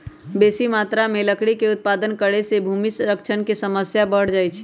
बेशी मत्रा में लकड़ी उत्पादन करे से भूमि क्षरण के समस्या बढ़ जाइ छइ